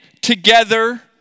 together